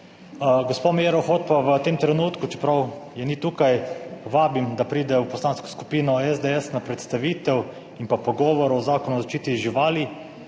Gospo Meiro Hot pa v tem trenutku, čeprav je ni tukaj, vabim, da pride v Poslansko skupino SDS na predstavitev in pa pogovor o Zakonu o zaščiti živali,